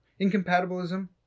Incompatibilism